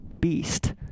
beast